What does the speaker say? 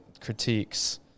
critiques